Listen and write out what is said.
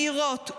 מאיר רוט,